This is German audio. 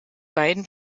beiden